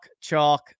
chalk